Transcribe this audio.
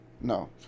No